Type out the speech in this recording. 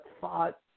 thought